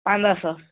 پنٛداہ ساس